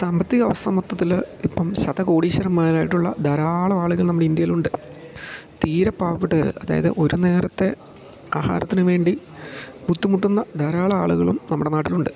സാമ്പത്തിക അവസതമത്വത്തിൽ ഇപ്പം ശത കോടിശ്വരമാരായിട്ടുള്ള ധാരാളം ആളുകൾ നമ്മുടെ ഇന്ത്യയിൽ ഉണ്ട് തീരെ പാവപ്പെട്ടവർ അതായത് ഒരു നേരത്തെ ആഹാരത്തിന് വേണ്ടി ബുദ്ധിമുട്ടുന്ന ധാരാളം ആളുകളും നമ്മുടെ നാട്ടിലുണ്ട്